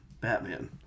Batman